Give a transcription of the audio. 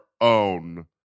own